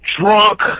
drunk